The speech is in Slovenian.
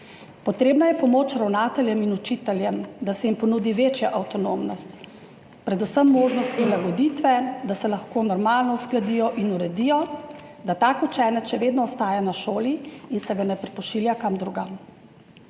Potrebna je pomoč ravnateljem in učiteljem, da se jim ponudi večja avtonomnost, predvsem možnost prilagoditve, da se lahko normalno uskladijo in uredijo, da tak učenec še vedno ostaja na šoli in se ga ne pošilja kam drugam.